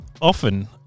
often